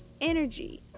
energy